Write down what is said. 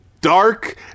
Dark